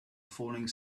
falling